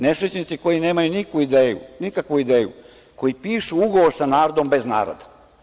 Nesrećnici koji nemaju nikakvu ideju, koji pišu ugovor sa narodom bez naroda.